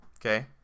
okay